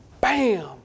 bam